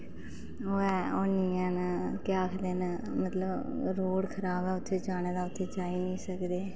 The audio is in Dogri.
ओह् ऐ ओह् निं हैन केह् आखदे न मतलब रोड़ खराब ऐ उत्थै जानै दा ते एह् जाई निं सकदे